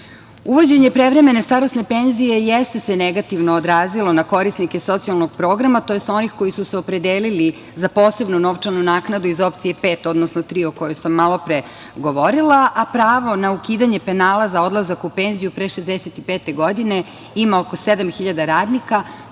penali. Uvođenje prevremene starosne penzije jeste se negativno odrazilo na korisnike socijalnog programa, tj. onih koji su se opredelili za posebnu novčanu naknadu iz opcije 5, odnosno 3, o kojoj sam malopre govorila, a pravo na ukidanje penala za odlazak u penziju pre 65 godine ima oko sedam